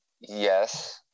yes